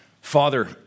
Father